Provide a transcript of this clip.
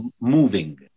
moving